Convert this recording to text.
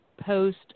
post